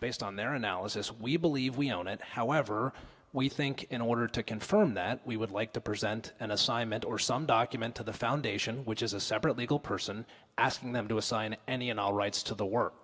based on their analysis we believe we own it however we think in order to confirm that we would like to present an assignment or some document to the foundation which is a separate legal person asking them to assign any and all rights to the work